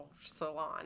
salon